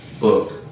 book